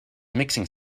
mixing